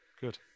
good